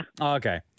Okay